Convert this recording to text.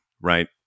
Right